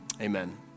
amen